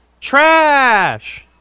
Trash